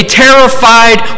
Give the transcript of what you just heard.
terrified